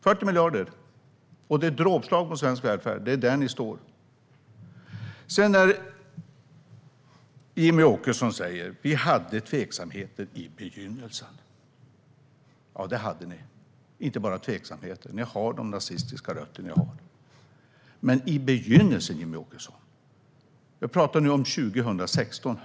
Det är ett dråpslag mot svensk välfärd. Det är där ni står. Jimmie Åkesson säger att man hade tveksamheter i begynnelsen. Ja, det hade ni. Och det är inte bara tveksamheter, ni har de nazistiska rötter som ni har. Jimmie Åkesson talar om hur det var i begynnelsen.